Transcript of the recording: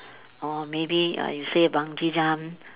or maybe uh you say bungee jump